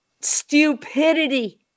Stupidity